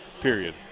period